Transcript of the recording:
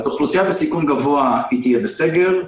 אוכלוסייה בסיכון גבוה תהיה בסגר,